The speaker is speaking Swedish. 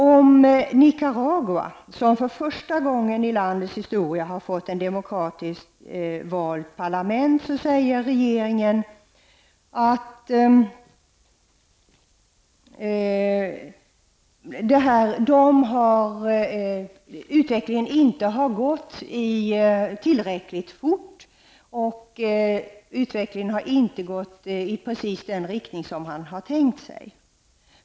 Om Nicaragua, som för första gången i landets historia har fått ett demokratiskt valt parlament, säger regeringen att utvecklingen inte har gått tillräckligt fort och att utvecklingen inte har gått i precis den riktning som man tänkt sig.